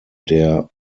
der